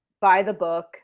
by-the-book